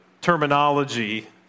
terminology